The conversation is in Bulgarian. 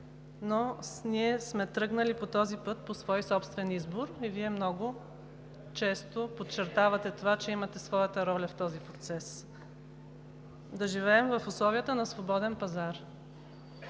но ние сме тръгнали по този път по свой собствен избор и Вие много често подчертавате това, че имате своята роля в този процес – да живеем в условията на свободен пазар,